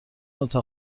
اتاق